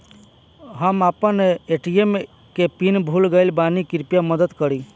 हम आपन ए.टी.एम के पीन भूल गइल बानी कृपया मदद करी